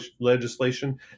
legislation